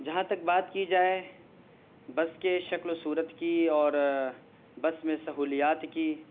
جہاں تک بات کی جائے بس کے شکل و صورت کی اور بس میں سہولیات کی